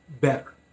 better